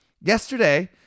yesterday